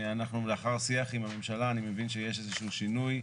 לאחר שיח עם הממשלה אני שיש איזה שהוא שינוי.